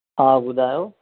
हा ॿुधायो